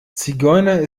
zigeuner